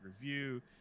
review